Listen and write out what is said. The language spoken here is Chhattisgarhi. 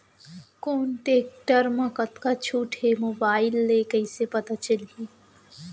कोन टेकटर म कतका छूट हे, मोबाईल ले कइसे पता चलही?